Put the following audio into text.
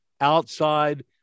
outside